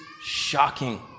shocking